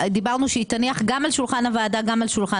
שהיא תניח גם על שולחן הוועדה וגם על שולחן